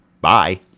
bye